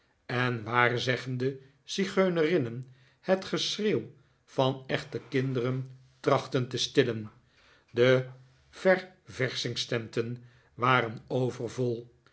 en waarzeggende zigeunerinnen het geschreeuw van echte kinderen trachtten te stillen de ververschingstenten waren overvol